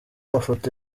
mafoto